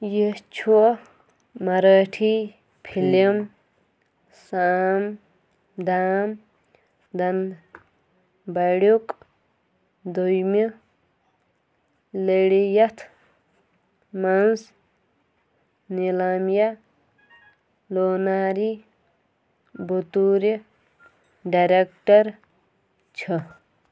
یہِ چھُ مرٲٹھی فِلم سام دام ڈنڈ بَڈُک دۄیِمہِ لیڈی یَتھ منٛز نیٖلایما لوناری بَطورِ ڈایریکٹر چھِ